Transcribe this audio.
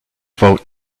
vote